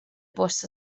bws